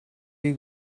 you